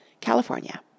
California